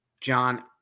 John